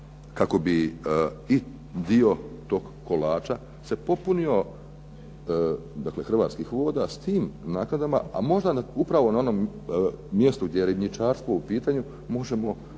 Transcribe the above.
kako bi i dio toga kolača se popunio, dakle Hrvatskih voda s tim naknadama, a možda upravo na mjestu gdje je ribnjičarstvo u pitanju možemo dobiti